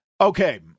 Okay